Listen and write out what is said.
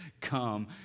come